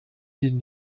den